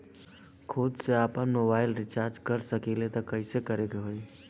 खुद से आपनमोबाइल रीचार्ज कर सकिले त कइसे करे के होई?